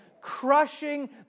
crushing